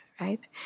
Right